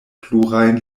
plurajn